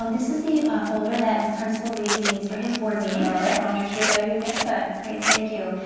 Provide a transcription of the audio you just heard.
um this is the folder that principal reeves needs for his board meeting. all right, i'll make sure that he gets ah it. great, thank you,